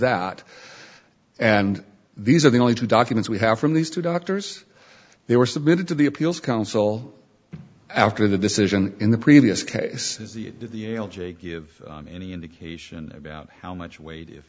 that and these are the only two documents we have from these two doctors they were submitted to the appeals council after the decision in the previous cases the it did the ail jay give any indication about how much weight if